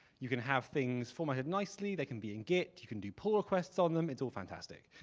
you can have things formatted nicely. they can be in git. you can do pull requests on them. it's all fantastic.